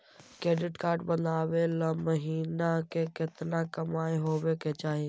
Credit card बनबाबे ल महीना के केतना कमाइ होबे के चाही?